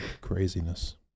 Craziness